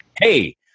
hey